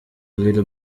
little